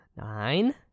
nine